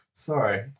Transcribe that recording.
Sorry